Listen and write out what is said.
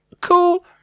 Cool